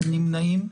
נמנעים?